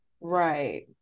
right